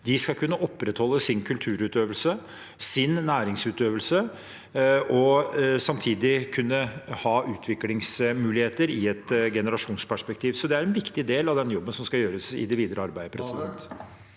de skal kunne opprettholde sin kulturutøvelse, sin næringsutøvelse og samtidig kunne ha utviklingsmuligheter i et generasjonsperspektiv. Det er en viktig del av den jobben som skal gjøres i det videre arbeidet. Sofie